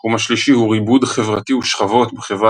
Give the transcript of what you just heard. התחום השלישי הוא ריבוד חברתי ושכבות בחברה